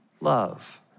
love